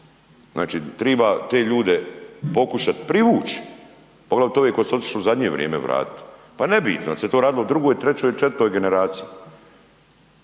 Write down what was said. Znači treba te ljude pokušati privući, poglavito ove koji su otišli u zadnje vrijeme, vratiti. Pa nebitno, je li se to radilo o 2., 3. ili 4. generaciji